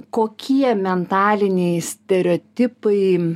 kokie mentaliniai stereotipai